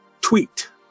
tweet